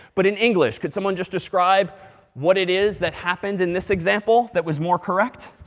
but in english, could someone just describe what it is that happens in this example that was more correct?